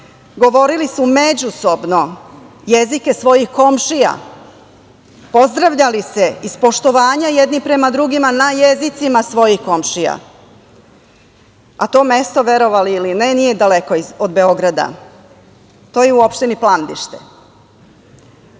govorili su međusobno jezike svojih komšija, pozdravljali se iz poštovanja jedni prema drugima na jezicima svojih komšija, a to mesto, verovali ili ne, nije daleko od Beograda. To je u opštini Plandište